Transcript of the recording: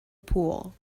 pool